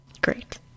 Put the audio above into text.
Great